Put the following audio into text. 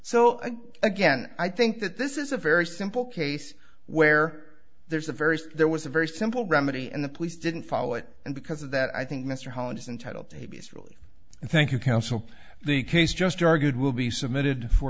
so again i think that this is a very simple case where there's a very there was a very simple remedy and the police didn't follow it and because of that i think mr hollande is entitled to he is really thank you counsel the case just argued will be submitted for